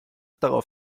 darauf